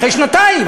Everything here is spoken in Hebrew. אחרי שנתיים,